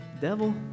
devil